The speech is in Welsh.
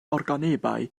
organebau